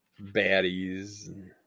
baddies